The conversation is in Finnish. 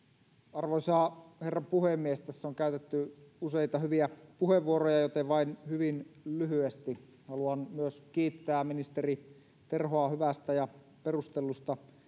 arvoisa herra puhemies tässä on käytetty useita hyviä puheenvuoroja joten vain hyvin lyhyesti haluan myös kiittää ministeri terhoa hyvästä ja perustellusta